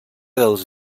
dels